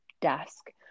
desk